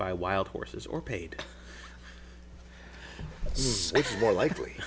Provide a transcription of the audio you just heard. by wild horses or paid more likely